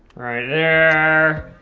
right there.